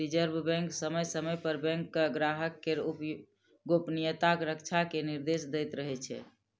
reserve Bank समय समय पर बैंक कें ग्राहक केर गोपनीयताक रक्षा के निर्देश दैत रहै छै